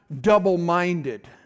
double-minded